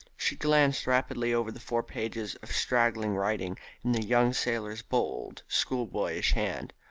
she glanced rapidly over the four pages of straggling writing in the young sailor's bold schoolboyish hand.